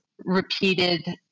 repeated